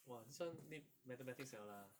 !wah! this one need mathematics liao lah